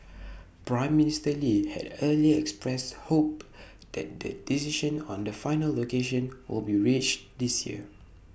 Prime Minister lee had earlier expressed hope that the decision on the final location will be reached this year